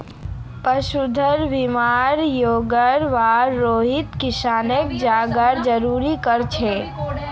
पशुधन बीमा योजनार बार रोहित किसानक जागरूक कर छेक